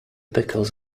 pickles